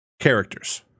characters